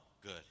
Good